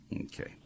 Okay